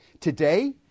Today